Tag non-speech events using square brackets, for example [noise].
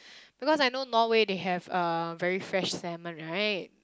[breath] because I know Norway they have uh very fresh salmon right